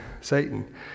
Satan